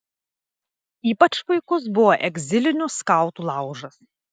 ypač puikus buvo egzilinių skautų laužas